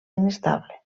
inestable